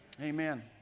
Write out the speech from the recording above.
amen